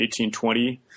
1820